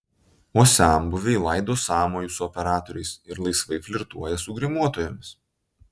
o senbuviai laido sąmojus su operatoriais ir laisvai flirtuoja su grimuotojomis